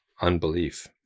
unbelief